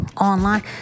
online